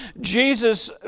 Jesus